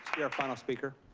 yeah final speaker.